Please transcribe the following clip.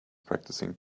practicing